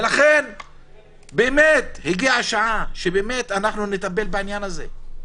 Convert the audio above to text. ולכן הגיעה השעה שבאמת אנחנו נטפל בעניין הזה.